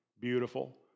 beautiful